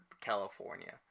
California